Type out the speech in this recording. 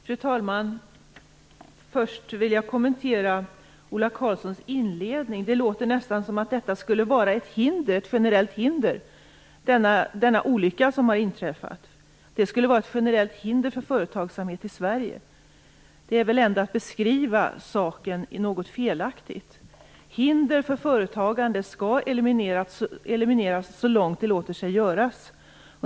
Fru talman! Först vill jag kommentera Ola Karlssons inledning. Det låter nästan som om den olycka som har inträffat skulle vara ett generellt hinder för företagsamhet i Sverige. Det är väl ändå att beskriva saken något felaktigt. Hinder för företagande skall elimineras så långt det låter sig göras.